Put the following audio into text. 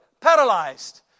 paralyzed